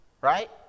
Right